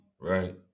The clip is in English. right